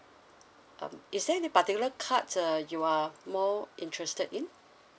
um is there any particular cards uh you are more so interested in